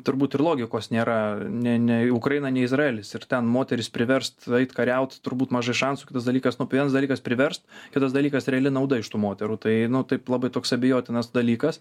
turbūt ir logikos nėra ne nei ukraina nei izraelis ir ten moteris priverst eit kariaut turbūt mažai šansų kitas dalykas nu vienas dalykas priverst kitas dalykas reali nauda iš tų moterų tai nu taip labai toks abejotinas dalykas